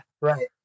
Right